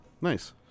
nice